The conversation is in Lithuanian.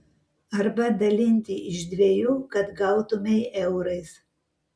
arba dalinti iš dviejų kad gautumei eurais